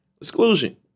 Exclusion